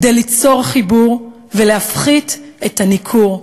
כדי ליצור חיבור ולהפחית את הניכור,